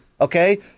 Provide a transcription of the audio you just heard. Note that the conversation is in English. okay